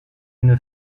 une